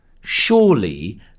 surely